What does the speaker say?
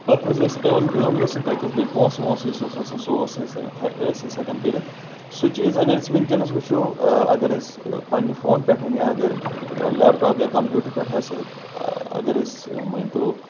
پتہٕ حظ ٲس پٮ۪وان کٲم گژھان تتہِ اوس بیٚیہِ پونٛسہِ وونٛسہٕ یُس اوس آسان سُہ اوس اسہِ ٲسۍ أسۍ ہٮ۪کان کٔرتھ سُہ چیٖز اگر أسۍ ؤنکیٚس وٕچھو اگر أسۍ پننہِ فونہٕ پٮ۪ٹھ یا اگر لیپ ٹاپ یا کمپیوٗٹر پٮ۪ٹھ ہسا اگر أسۍ مٲنۍ تو